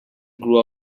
grew